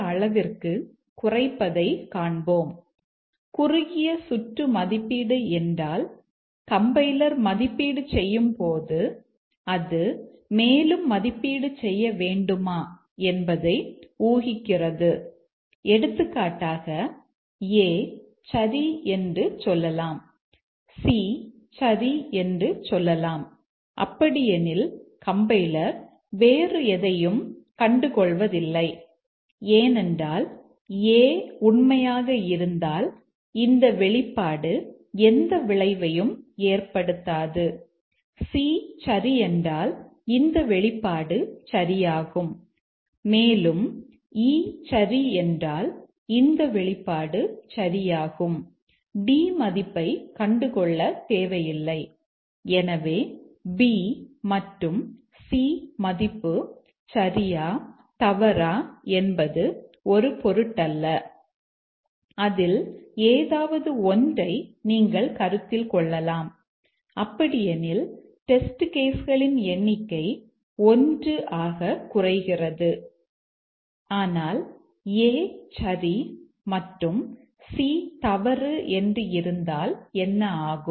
ஆனால் குறுகிய சுற்று மதிப்பீடு டெஸ்ட் கேஸ் களின் எண்ணிக்கை 1 ஆக குறைகிறது ஆனால் a சரி மற்றும் சி தவறு என்று இருந்தால் என்ன ஆகும்